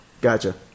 Gotcha